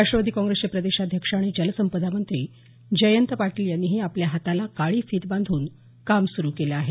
राष्ट्रवादी काँग्रेसचे प्रदेशाध्यक्ष आणि जलसंपदामंत्री जयंत पाटील यांनीही आपल्या हाताला काळी फित बांधून काम सुरु केलं आहे